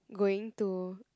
going to